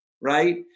right